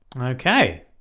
okay